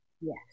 Yes